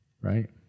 right